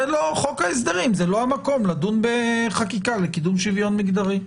חוק ההסדרים הוא לא המקום לדון בחקיקה לקידום שוויון מגדרי.